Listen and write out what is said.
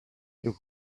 you